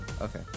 Okay